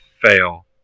fail